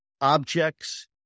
objects